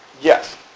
Yes